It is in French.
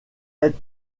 être